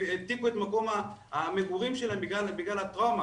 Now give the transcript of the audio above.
שהעתיקו את מקום המגורים שלהם בכלל הטראומה,